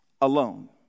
alone